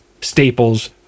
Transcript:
staples